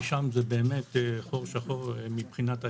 ושם זה באמת חור שחור מבחינת האזרח,